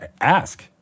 ask